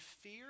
fear